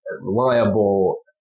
reliable